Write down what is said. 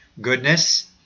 goodness